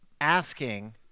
asking